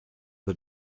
her